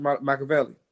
Machiavelli